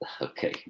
Okay